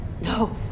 no